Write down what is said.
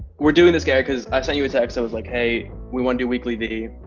we're doing this, gary, cause i sent you a text that was like, hey, we wanna do weeklyvee.